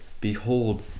behold